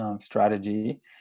strategy